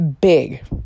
Big